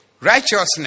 righteousness